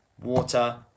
water